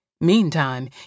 Meantime